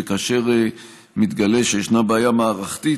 וכאשר מתגלה שישנה בעיה מערכתית,